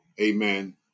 Amen